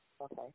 Okay